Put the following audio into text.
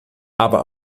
aber